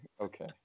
okay